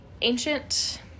ancient